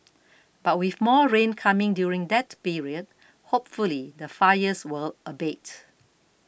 but with more rain coming during that period hopefully the fires will abate